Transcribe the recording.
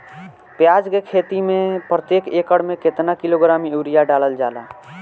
प्याज के खेती में प्रतेक एकड़ में केतना किलोग्राम यूरिया डालल जाला?